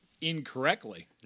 incorrectly